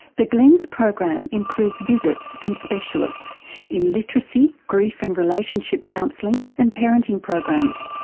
the glen's program includes visits from specialists in literacy, grief and relationship counselling and parenting programs.